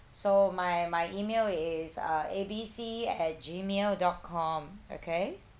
so my my email is uh A B C at gmail dot com okay